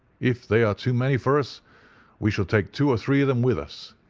if they are too many for us we shall take two or three of them with us,